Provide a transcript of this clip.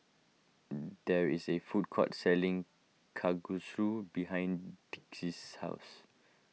there is a food court selling Kalguksu behind Dicy's house